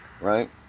Right